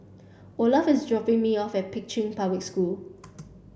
Olaf is dropping me off at Pei Chun Public School